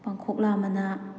ꯄꯥꯡꯈꯣꯛꯂꯥ ꯃꯅꯥ